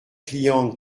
clientes